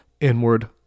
inward